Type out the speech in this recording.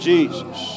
Jesus